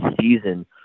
season